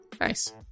Nice